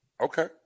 Okay